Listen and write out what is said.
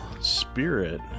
spirit